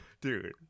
dude